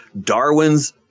Darwin's